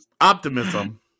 Optimism